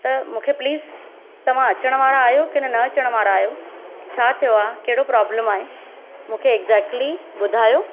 त मूंखे प्लीज़ तव्हां अचणु वारा आहियो की न अचणु वारा आहियो छा थियो आहे कहिड़ो प्रोबलम आहे मूंखे एक्जेक्टली ॿुधायो